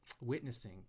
witnessing